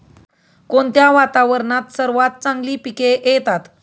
कोणत्या वातावरणात सर्वात चांगली पिके येतात?